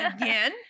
again